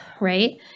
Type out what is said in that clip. right